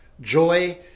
joy